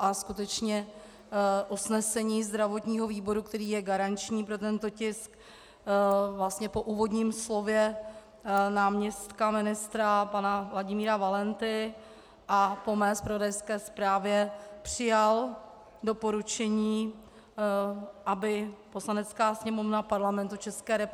A skutečně usnesení zdravotního výboru, který je garanční pro tento tisk, vlastně po úvodním slově náměstka ministra, pana Vladimíra Valenty a po mé zpravodajské zprávě přijal doporučení, aby Poslanecká sněmovna Parlamentu ČR